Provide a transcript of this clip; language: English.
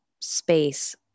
space